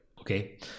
Okay